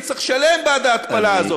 ונצטרך לשלם בעד ההתפלה הזאת,